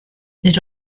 nid